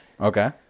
Okay